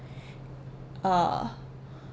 uh